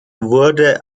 wurde